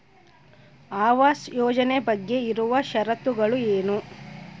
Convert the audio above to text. ಆವಾಸ್ ಯೋಜನೆ ಬಗ್ಗೆ ಇರುವ ಶರತ್ತುಗಳು ಏನು?